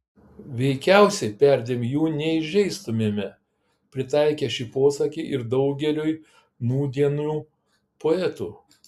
veikiausiai perdėm jų neįžeistumėme pritaikę šį posakį ir daugeliui nūdienių poetų